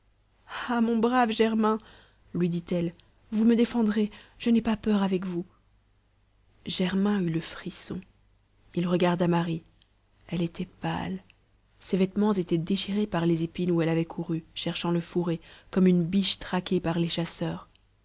ah mon brave germain lui dit-elle vous me défendrez je n'ai pas peur avec vous germain eut le frisson il regarda marie elle était pâle ses vêtements étaient déchirés par les épines où elle avait couru cherchant le fourré comme une biche traquée par les chasseurs